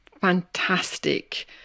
fantastic